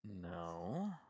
No